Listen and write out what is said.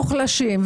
מוחלשים.